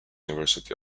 university